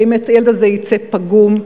האם הילד הזה יצא פגום?